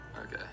Okay